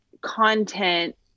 content